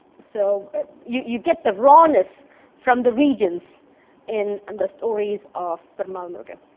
so you you get the rawness from the regions in, and the stories of perumal murugan.